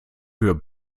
für